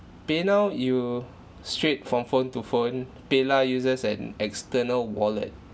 paynow you straight from phone to phone paylah uses an external wallet